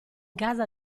casa